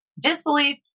Disbelief